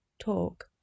Talk